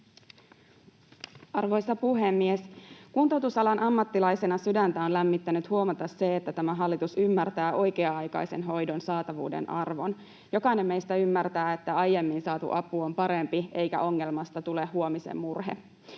Arvoisa puhemies! Kuntoutusalan ammattilaisena sydäntä on lämmittänyt huomata se, että tämä hallitus ymmärtää oikea-aikaisen hoidon saatavuuden arvon. Jokainen meistä ymmärtää, että aiemmin saatu apu on parempi, eikä ongelmasta tule huomisen murhe.